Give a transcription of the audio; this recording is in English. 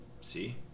See